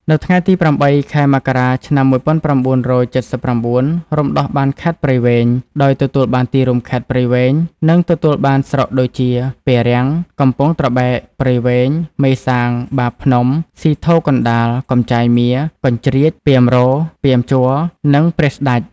នៅថ្ងៃទី ០៨ ខែមករា ឆ្នាំ ១៩៧៩ រំដោះបានខេត្តព្រៃវែង ដោយទទួលបានទីរួមខេត្ត ព្រៃវែង និងទទួលបានស្រុកដូចជា ពារាំង កំពង់ត្របែក ព្រៃវែង មេសាង បាភ្នំ ស៊ីធរកណ្តាល កំចាយមារ កញ្ជ្រៀច ពាមរ ពាមជ័រ និងព្រះស្តេច។